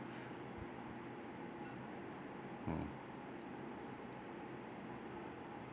mm